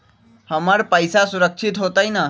हमर पईसा सुरक्षित होतई न?